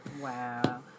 wow